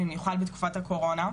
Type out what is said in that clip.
במיוחד בתקופת הקורונה,